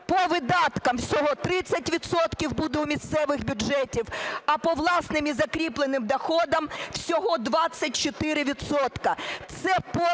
По видаткам всього 30 відсотків буде у місцевих бюджетів, а по власним і закріпленим доходам всього 24